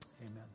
amen